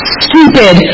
stupid